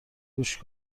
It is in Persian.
گوش